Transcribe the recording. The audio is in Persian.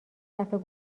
دفعه